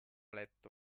letto